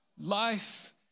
life